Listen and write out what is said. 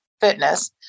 fitness